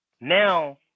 Now